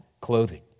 clothing